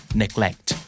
neglect